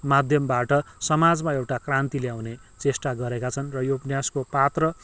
माध्यमबाट समाजमा एउटा क्रान्ति ल्याउने चेष्टा गरेका छन् र यो उपन्यासको पात्र